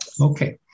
okay